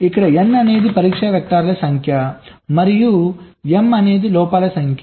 ఇక్కడ n అనేది పరీక్ష వెక్టర్ల సంఖ్య మరియు m అనేది లోపాల సంఖ్య